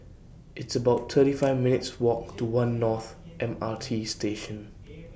It's about thirty five minutes' Walk to one North M R T Station